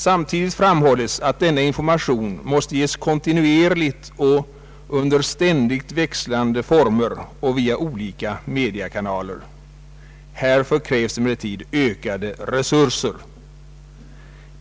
Samtidigt framhålles att denna information måste ges kontinuerligt och under ständigt växlande former via olika media. Härför krävs emellertid ökade resurser.